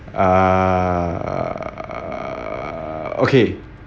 err okay